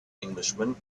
englishman